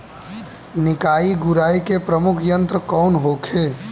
निकाई गुराई के प्रमुख यंत्र कौन होखे?